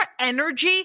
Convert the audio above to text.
energy